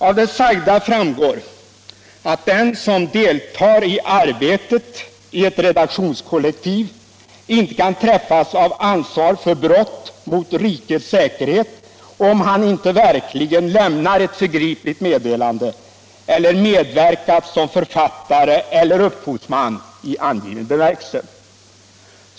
Av det sagda framgår att den som deltar i arbetet i ett redaktionskollektiv inte kan träffas av ansvar för brott mot rikets säkerhet, om han inte verkligen lämnar ett förgripligt meddelande eller har medverkat som författare eller upphovsman i angiven bemärkelse.